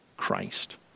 christ